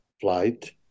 flight